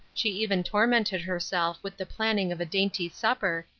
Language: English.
she even tormented herself with the planning of a dainty supper,